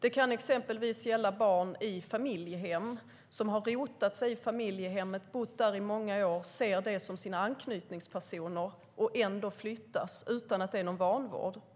Det kan också gälla barn i familjehem, barn som bott i familjehemmet i många år och rotat sig, barn som ser familjehemsföräldrarna som sina anknytningspersoner. Ändå flyttas barnet utan att det förekommit vanvård.